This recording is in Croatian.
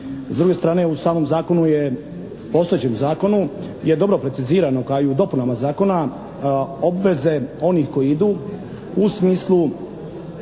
S druge strane u samom zakonu je, postojećem zakonu je dobro precizirano kao i u dopunama zakona obveze onih koji idu u smislu